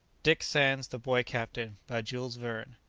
dick sands the boy captain. by jules verne.